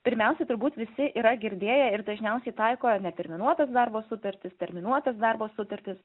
pirmiausia turbūt visi yra girdėję ir dažniausiai taiko neterminuotas darbo sutartis terminuotas darbo sutartis